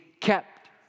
kept